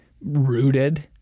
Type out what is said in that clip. rooted